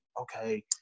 okay